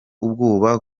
ubwoba